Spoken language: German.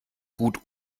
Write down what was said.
gut